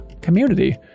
community